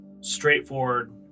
straightforward